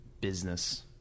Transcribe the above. business